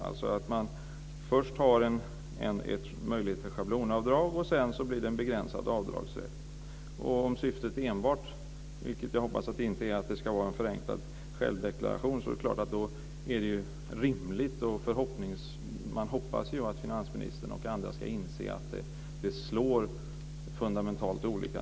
Man har alltså först möjlighet att göra ett schablonavdrag. Sedan blir det en begränsad avdragsrätt. Om syftet enbart är, vilket jag hoppas att det inte är, att det ska vara en förenklad självdeklaration är det klart att det är rimligt. Men man hoppas ju att finansministern och andra ska inse att det naturligtvis slår fundamentalt olika.